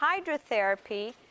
hydrotherapy